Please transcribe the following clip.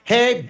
Hey